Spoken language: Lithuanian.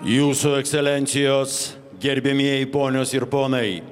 jūsų ekscelencijos gerbiamieji ponios ir ponai